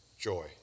Joy